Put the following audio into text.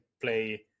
play